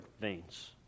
veins